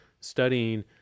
studying